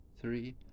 three